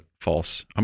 false